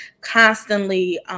constantly